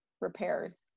repairs